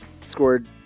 scored